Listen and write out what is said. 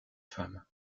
femme